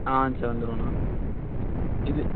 ஆ சரி வந்திருவோண்ணா இது